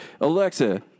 Alexa